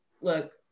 look